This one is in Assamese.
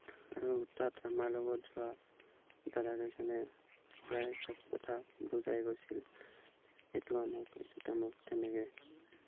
আৰু তাত আমাৰ লগত যোৱা দাদাকেইজনে প্ৰায় চব কথাই বুজাই গৈছিল এইটো আমুক এইটো তামুক তেনেকৈ